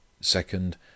Second